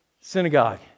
Synagogue